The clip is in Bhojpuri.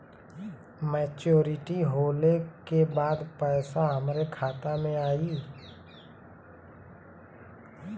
मैच्योरिटी होले के बाद पैसा हमरे खाता में आई?